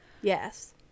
yes